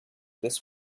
this